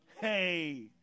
Hey